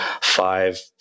five